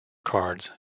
cards